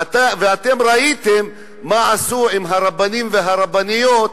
ואתם ראיתם מה עשו עם הרבנים והרבניות,